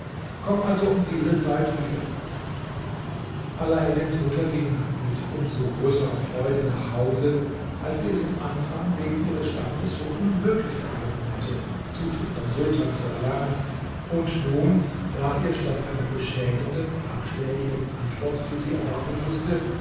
komm also um diese zeit wieder alaeddins mutter ging mit um so größerer freude nach hause als sie es im anfang wegen ihres standes für unmöglich gehalten hatte zutritt beim sultan zu erlangen und nun war ihr statt einer beschämenden abschlägigen antwort die sie erwarten mußte